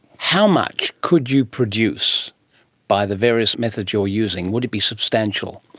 how much could you produce by the various methods you're using? would it be substantial?